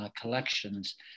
collections